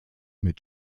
mit